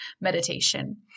meditation